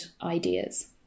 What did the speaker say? ideas